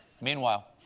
Meanwhile